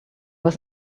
was